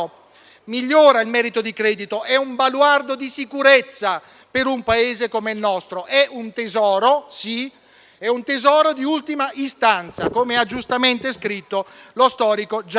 migliora il merito di credito, è un baluardo di sicurezza per un Paese come il nostro. È un tesoro, sì, ma un tesoro di ultima istanza, come ha giustamente scritto lo storico Gianni Toniolo.